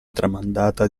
tramandata